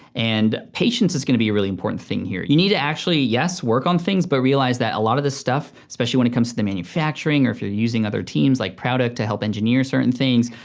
and patience is gonna be a really important thing here. you need to actually, yes, work on things, but realize a lot of this stuff, especially when it comes to the manufacturing or if you're using other teams like prouduct to help engineer certain things,